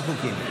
שני חוקים,